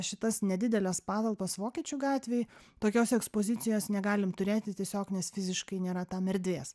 šitas nedideles patalpas vokiečių gatvėj tokios ekspozicijos negalim turėti tiesiog nes fiziškai nėra tam erdvės